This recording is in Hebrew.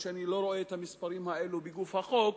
אף-על-פי שאני לא רואה את המספרים האלה בגוף החוק,